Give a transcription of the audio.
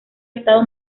estado